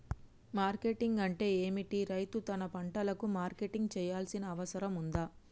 Marketing అంటే ఏమిటి? రైతు తన పంటలకు మార్కెటింగ్ చేయాల్సిన అవసరం ఉందా?